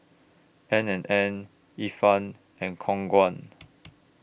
N and N Ifan and Khong Guan